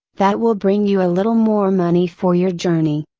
that will bring you a little more money for your journey.